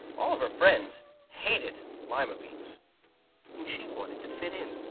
all of her friends hated lima beans and she wanted to fit in.